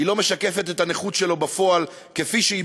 היא לא משקפת את הנכות שלו בפועל כפי שהיא